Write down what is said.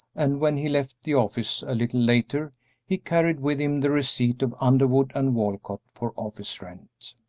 and when he left the office a little later he carried with him the receipt of underwood and walcott for office rent.